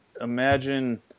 imagine